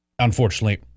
Unfortunately